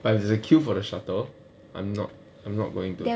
but if there's a queue for the shuttle I'm not I'm not going to